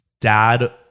dad